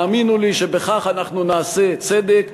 האמינו לי שבכך אנחנו נעשה צדק,